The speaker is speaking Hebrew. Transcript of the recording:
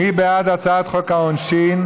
מי בעד הצעת חוק העונשין?